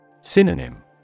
Synonym